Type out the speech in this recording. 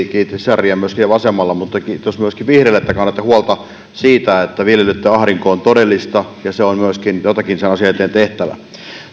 kiitti sisaria myös siellä vasemmalla mutta kiitos myöskin vihreille että kannatte huolta siitä että viljelijöitten ahdinko on todellista ja jotakin sen asian eteen on tehtävä